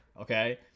Okay